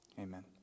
Amen